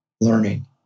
learning